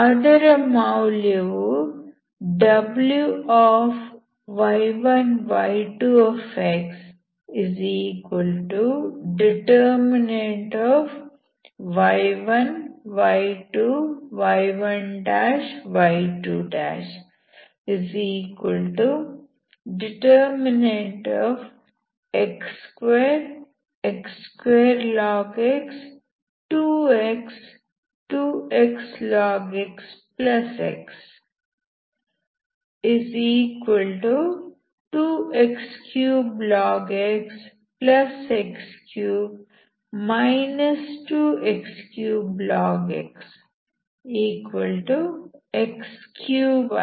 ಅದರ ಮೌಲ್ಯವು